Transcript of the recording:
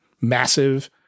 massive